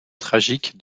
tragique